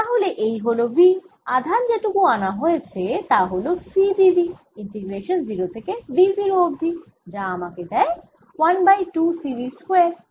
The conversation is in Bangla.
তাহলে এই হল V আধান যেটুকু আনা হয়েছে তা হল C dV ইন্টিগ্রেশান 0 থেকে V 0 অবধি যা আমাদের দেয় 1 বাই 2 C V স্কয়ার